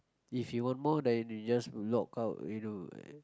if you want more then you just log out you know